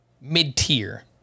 mid-tier